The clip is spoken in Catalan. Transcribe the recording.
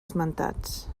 esmentats